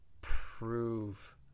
prove